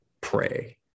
pray